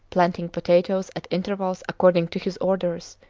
planting potatoes at intervals according to his orders,